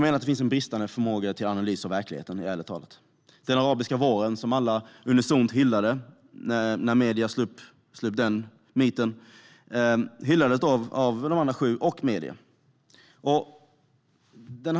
Det finns en bristande förmåga till analys av verkligheten, ärligt talat. Den arabiska våren, när medierna slog upp den myten, hyllades unisont av de andra sju partierna och medierna.